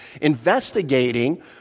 investigating